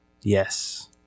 yes